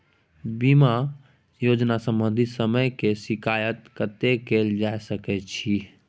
बीमा योजना सम्बंधित समस्या के शिकायत कत्ते कैल जा सकै छी?